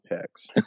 picks